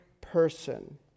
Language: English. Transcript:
person